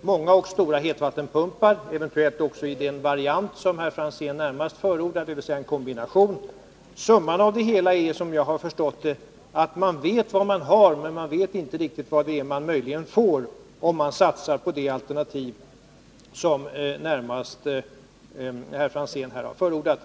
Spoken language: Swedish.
många och stora värmepumpar, eventuellt också i den variant som herr Franzén här närmast förordade, dvs. en kombination. Summan av det hela är, som jag har förstått det, att man vet vad man har men att man inte riktigt vet vad det är man möjligen får om man satsar på det alternativ som herr Franzén här närmast förordade.